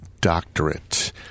doctorate